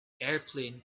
airplane